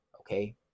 Okay